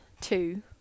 two